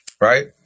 Right